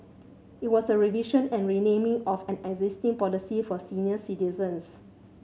it was a revision and renaming of an existing policy for senior citizens